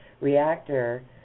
Reactor